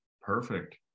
perfect